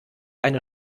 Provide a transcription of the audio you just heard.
eine